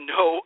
no